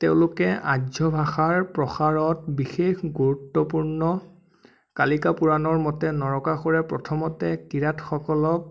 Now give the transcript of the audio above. তেওঁলোকে আৰ্য ভাষাৰ প্ৰসাৰত বিশেষ গুৰুত্বপূৰ্ণ কালিকা পুৰাণৰ মতে নৰকাসুৰে প্ৰথমতে কিৰাতসকলক